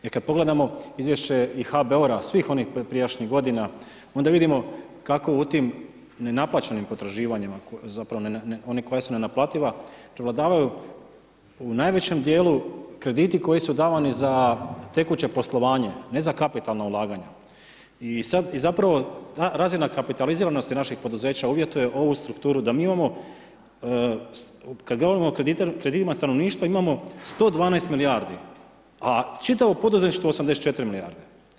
I kad pogledamo izvješće i HBOR-a svih onih prijašnjih godina, onda vidimo kako u tim nenaplaćenim potraživanjima, ona koja su nenaplativa, prevladavaju u najvećem djelu krediti koji su davani za tekuće poslovanje, ne za kapitalno ulaganje i zapravo ta razina kapitaliziranosti naših poduzeća uvjetuje ovu strukturu, da mi imamo kad govorimo o kreditima stanovništva imamo 112 milijardi a čitavo poduzetništvo 84 milijarde.